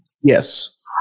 Yes